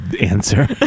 answer